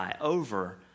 over